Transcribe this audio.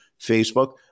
Facebook